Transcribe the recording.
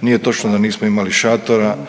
Nije točno da nismo imali šatora